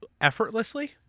effortlessly